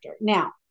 Now